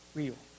real